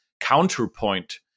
counterpoint